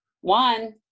one